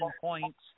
points